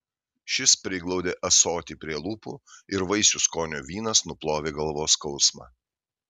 šis priglaudė ąsotį prie lūpų ir vaisių skonio vynas nuplovė galvos skausmą